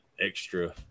extra